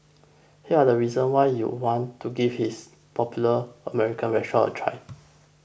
here are the reasons why you want to give this popular American restaurant a try